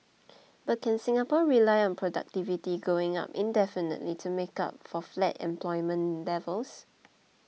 but can Singapore rely on productivity going up indefinitely to make up for flat employment levels